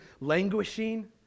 languishing